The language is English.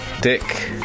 Dick